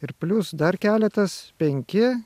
ir plius dar keletas penki